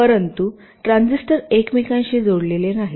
परंतु ट्रान्झिस्टर एकमेकांशी जोडलेले नाहीत